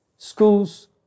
Schools